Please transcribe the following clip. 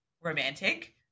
romantic